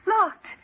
Locked